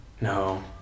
No